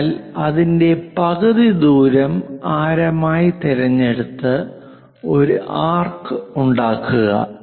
അതിനാൽ അതിന്റെ പകുതി ദൂരം ആരമായി തിരഞ്ഞെടുത്ത് ഒരു ആർക്ക് ഉണ്ടാക്കുക